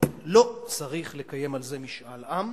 לא צריך לקיים על זה משאל עם.